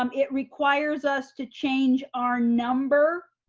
um it requires us to change our number,